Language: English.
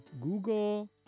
Google